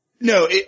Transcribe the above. No